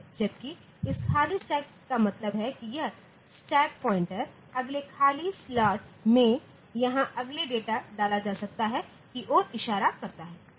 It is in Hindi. जबकि इस खाली स्टैक का मतलब होगा कि यह स्टैक पॉइंटर अगले खाली स्लॉट में जहांअगले डेटा डाला जा सकता है की ओर इशारा करता है ठीक